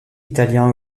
italiens